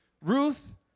Ruth